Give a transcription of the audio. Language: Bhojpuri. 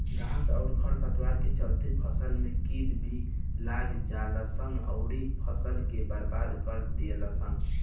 घास अउरी खर पतवार के चलते फसल में कीड़ा भी लाग जालसन अउरी फसल के बर्बाद कर देलसन